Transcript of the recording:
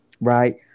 Right